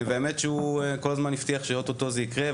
האמת שהוא כל הזמן הבטיח שאוטוטו זה יקרה.